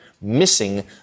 missing